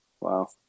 Wow